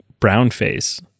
brownface